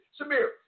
Samir